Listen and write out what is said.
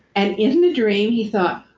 and in the dream, he thought,